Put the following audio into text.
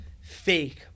fake